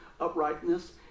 uprightness